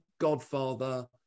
Godfather